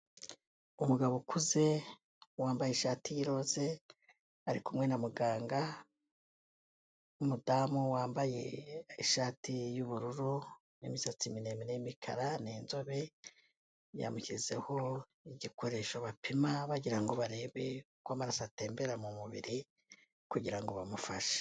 Umugabo ukuze wambaye ishati y'iroza, ari kumwe na muganga, w'umudamu wambaye ishati y'ubururu, n'imisatsi miremire y'imikara, ni inzobe yamushyizeho igikoresho bapima bagirango barebe uko amaraso atembera mu mubiri, kugirango bamufashe.